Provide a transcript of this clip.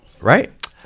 right